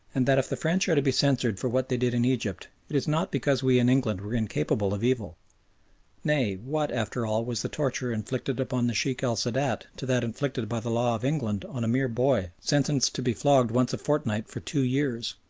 and that if the french are to be censured for what they did in egypt it is not because we in england were incapable of evil nay, what, after all, was the torture inflicted upon the sheikh el sadat to that inflicted by the law of england on a mere boy sentenced to be flogged once a fortnight for two years?